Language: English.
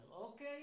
okay